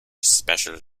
special